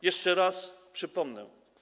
Jeszcze raz przypomnę.